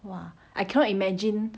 !wah! I cannot imagine